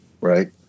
right